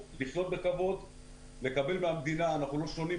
ליורם דבש ולבועז מולדבסקי לגבי מה שקורה בענף